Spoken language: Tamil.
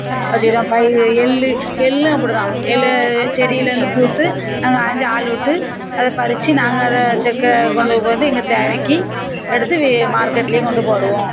அது செய்கிறோம் பயறு எள்ளு எள்ளும் அப்படிதான் எள் செடிலேயிருந்து பூத்து நாங்கள் ஆய்ஞ்சி ஆளு விட்டு அதை பறிச்சு நாங்கள் அதை செக்கை கொண்டுட்டு வந்து எங்கள் தேவைக்கு எடுத்து மார்கெட்லையும் கொண்டு போடுவோம்